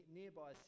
nearby